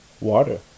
Water